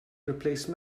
replace